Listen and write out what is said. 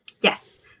Yes